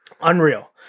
Unreal